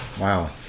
wow